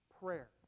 Prayer